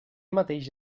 mateix